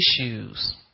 issues